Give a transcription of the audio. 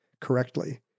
correctly